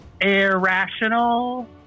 Irrational